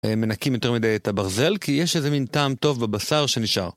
מנקים יותר מדי את הברזל כי יש איזה מין טעם טוב בבשר שנשאר.